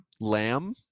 Lamb